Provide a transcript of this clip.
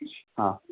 हा